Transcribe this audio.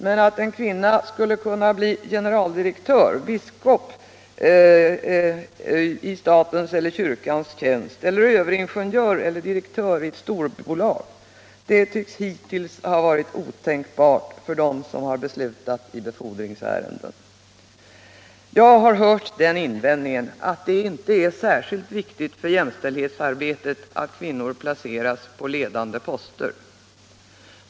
Men att en kvinna skulle kunna bli generaldirektör eller biskop i statens eller kyrkans tjänst, överingenjör eHer direktör i ett stort bolag har hittills varit otänkbart för dem som beslutar i befordringsärenden. Jag har hört den invändningen att det inte är särskilt viktigt för jämställdhetsarbetet att .kvinnor placeras på ledande poster.